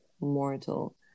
mortal